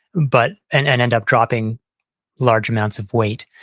but and and ended up dropping large amounts of weight.